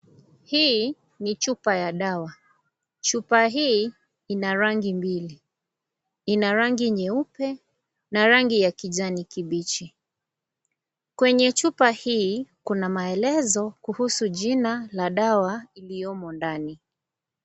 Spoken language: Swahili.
Hii ni chupa ya dawa. Chupa hii Ina rangi mbili. Ina rangi nyeupe na rangi ya kijani kibichi. Kwenye chupa hii, kuna maelezo kuhusu jina la dawa, iliyomo ndani.